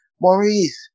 Maurice